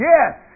Yes